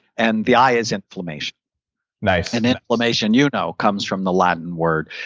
and the i is inflammation nice and inflammation you know comes from the latin word,